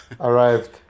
arrived